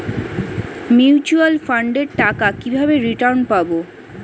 Mutual ফান্ডের টাকা কিভাবে রিটার্ন পাব?